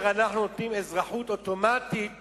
אנחנו נותנים אזרחות אוטומטית